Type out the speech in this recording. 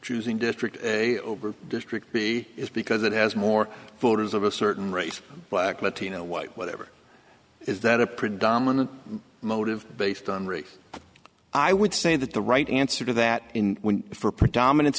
choosing district over district b is because it has more voters of a certain race black latino white whatever is that a predominant motive based on race but i would say that the right answer to that in win for predominan